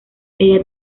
ella